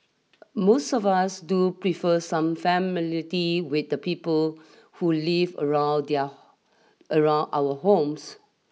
most of us do prefer some familiarity with the people who live around their around our homes